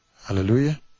Hallelujah